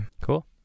cool